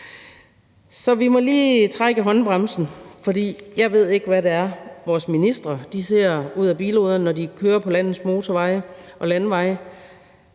Så vi må lige trække i håndbremsen, for jeg ved ikke, hvad det er, vores ministre ser ud af bilruderne, når de kører på landets motorveje og landeveje.